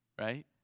Right